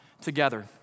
together